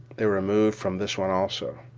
they were moved from this one also.